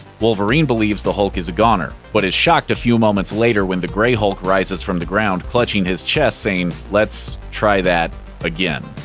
wolverine believes the hulk is a goner, but is shocked a few moments later when the gray hulk rises from the ground, clutching his chest, saying, let's try that again.